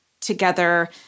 together